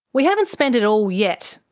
we haven't spent it all yet,